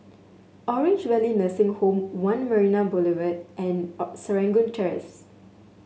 Orange Valley Nursing Home One Marina Boulevard and Serangoon Terrace